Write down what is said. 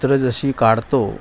चित्रं जशी काढतो